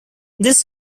this